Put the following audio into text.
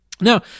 Now